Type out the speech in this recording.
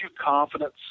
confidence